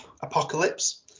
apocalypse